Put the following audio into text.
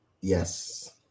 Yes